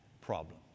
problem